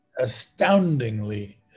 astoundingly